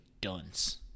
dunce